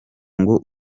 ngo